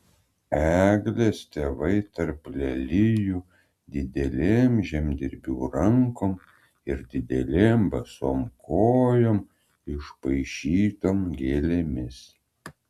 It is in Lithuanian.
eglės tėvai tarp lelijų didelėm žemdirbių rankom ir didelėm basom kojom išpaišytom gėlėmis